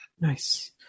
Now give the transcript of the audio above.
Nice